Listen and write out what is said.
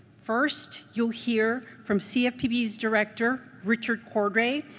first, you will hear from cfpb's director, richard cordray,